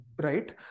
Right